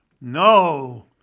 No